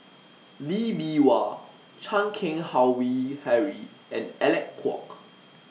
Lee Bee Wah Chan Keng Howe Harry and Alec Kuok